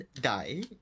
die